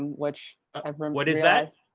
which i mean um what is that?